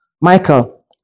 Michael